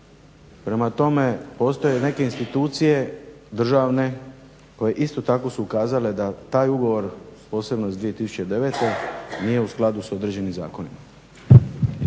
Prema tome postoje neke institucije države koje isto tako su ukazale da taj ugovor posebno iz 2009. nije u skladu sa određenim zakonima.